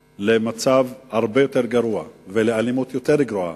למצב הרבה יותר גרוע ולאלימות יותר קשה.